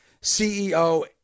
CEO